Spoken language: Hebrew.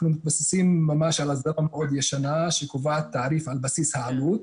אנחנו מתבססים ממש על הסדרה שקובעת תעריף על בסיס העלות